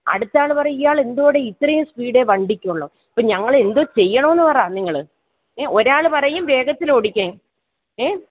അടുത്തയാൾ പറയും ഇയാളെന്തുവാടേ ഇത്രയും സ്പീഡേ വണ്ടിക്കുള്ളോ അപ്പം ഞങ്ങളെ എന്തു ചെയ്യണമെന്നു പറയൂ നിങ്ങൾ ഏ ഒരാൾ പറയും വേഗത്തിലോടിക്കാൻ ഏ